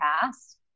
past